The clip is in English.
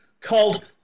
called